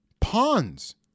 pawns